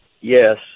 Yes